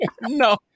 No